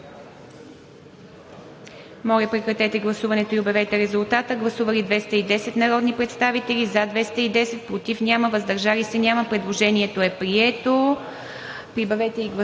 Моля, прекратете гласуването и обявете резултата. Гласували 194 народни представители: за 192, против няма, въздържали се 2. Предложението е прието.